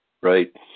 Right